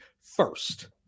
first